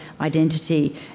identity